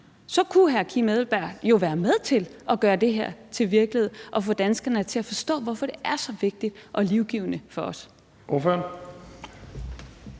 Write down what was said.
så kunne hr. Kim Edberg Andersen jo være med til at gøre det her til virkelighed og få danskerne til at forstå, hvorfor det er så vigtigt og livgivende for os. Kl.